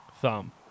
Thumb